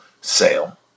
sale